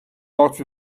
lot